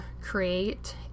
create